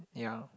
ya